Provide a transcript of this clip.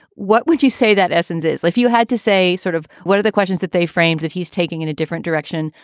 what would you say that essence is if you had to say sort of what are the questions that they frame that he's taking in a different direction?